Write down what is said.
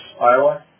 Iowa